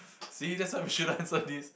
see that's why we shouldn't answer this